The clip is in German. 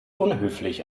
unhöflich